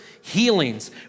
healings